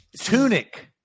tunic